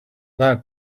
that